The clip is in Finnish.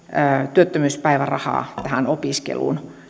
työttömyyspäivärahaa tähän opiskeluun